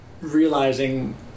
realizing